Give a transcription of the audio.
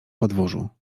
podwórzu